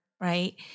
right